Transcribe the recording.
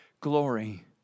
glory